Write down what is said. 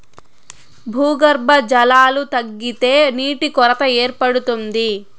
భూగర్భ జలాలు తగ్గితే నీటి కొరత ఏర్పడుతుంది